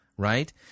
Right